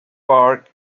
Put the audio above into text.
park